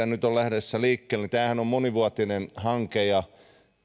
nyt on lähdössä liikkeelle on monivuotinen hanke ja